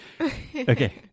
Okay